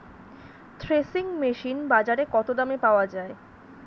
Threshing machine বাজারে কত দামে পাওয়া যায়?